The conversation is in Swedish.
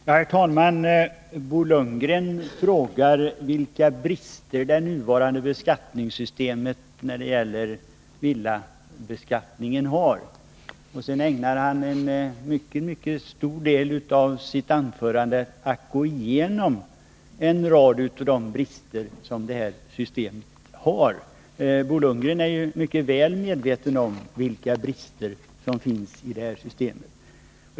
Herr talman! Bo Lundgren frågar vilka brister det nuvarande systemet för villabeskattning har. Sedan ägnar han en mycket stor del av sitt anförande till att gå igenom en rad av de brister som detta system har. Bo Lundgren är således mycket väl medveten om vilka brister som finns i systemet.